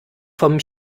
vom